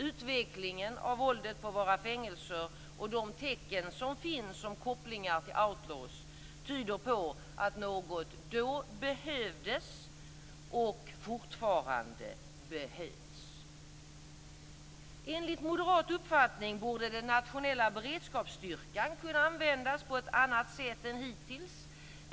Utvecklingen av våldet på våra fängelser och de tecken som finns om kopplingar till outlaws tyder på att något då behövdes och fortfarande behövs. Enligt moderat uppfattning borde den nationella beredskapsstyrkan kunna användas på ett annat sätt än hittills.